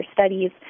studies